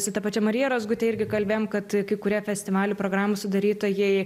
su ta pačia marija razgute irgi kalbėjom kad kai kurie festivalių programų sudarytojai